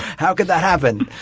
how could that happen?